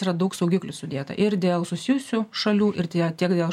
tai yra daug saugiklių sudėta ir dėl susijusių šalių ir tie tiek dėl